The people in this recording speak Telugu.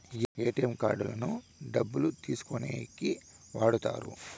ఏటీఎం కార్డులను డబ్బులు తీసుకోనీకి వాడుతారు